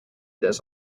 this